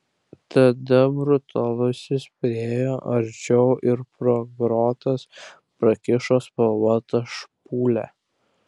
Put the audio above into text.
tada brutalusis priėjo arčiau ir pro grotas prakišo spalvotą špūlę